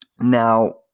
Now